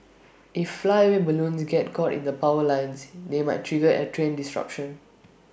if flyaway balloons get caught in the power lines they might trigger A train disruption